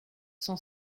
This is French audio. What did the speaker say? cent